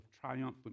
triumphant